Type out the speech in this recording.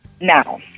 now